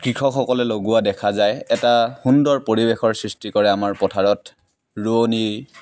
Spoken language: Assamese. কৃষকসকলে লগোৱা দেখা যায় এটা সুন্দৰ পৰিৱেশৰ সৃষ্টি কৰে আমাৰ পথাৰত ৰুৱনী